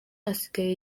asigaye